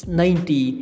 ninety